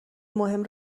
مهم